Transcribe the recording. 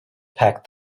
packed